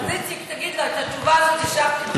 איציק, תגיד לו: את התשובה הזאת השבתי לך,